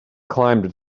climbed